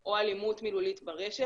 רוב הילדים בני 13-16,